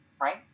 right